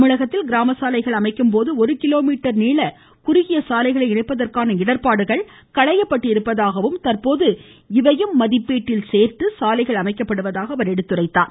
தமிழகத்தில் கிராமசாலைகள் அமைக்கும்போது ஒரு கிலோமீட்டர் நீள சாலைகளை பணியில் இணைப்பதற்கான குறுகிய இடர்ப்பாடுகள் களையப்பட்டிருப்பதாகவும் தற்போது இவையும் மதிப்பீட்டில் சேர்த்து சாலைகள் அமைக்கப்படுவதாகவும் அவர் கூறினார்